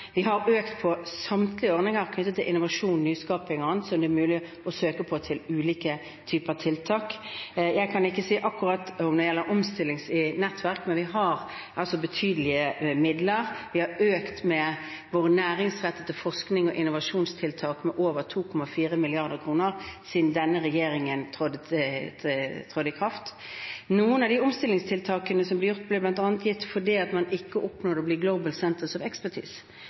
Vi har økt samtlige ordninger knyttet til innovasjon, nyskaping og annet som det er mulig å søke på for ulike typer tiltak. Jeg kan ikke si akkurat når det gjelder omstillingsmidler til nettverk, men vi har altså betydelige midler. Regjeringen har økt sin næringsrettede forskning og sine innovasjonstiltak med over 2,4 mrd. kr siden den tiltrådte. Noen av de omstillingstiltakene blir gjort bl.a. fordi man ikke oppnådde å bli Global Centres of Expertise på det tidspunktet det ble utlyst, fordi man ikke oppfylte de kravene, og